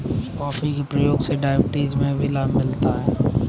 coffee के प्रयोग से डायबिटीज में भी लाभ मिलता है